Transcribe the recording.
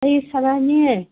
ꯑꯩ ꯁꯔꯅꯦ